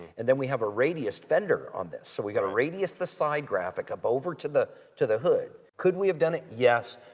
and then we have a radius fender on this, so we have to radius the side graphic over to the to the hood. could we have done it, yes?